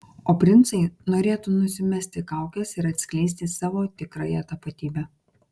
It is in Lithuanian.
o princai norėtų nusimesti kaukes ir atskleisti savo tikrąją tapatybę